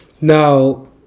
now